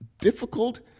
difficult